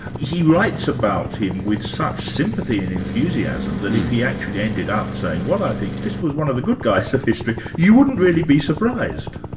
he writes about him with such sympathy and enthusiasm, that if he actually ended up saying, well i think this was one of the good guys of history, you wouldn't really be surprised.